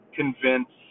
convince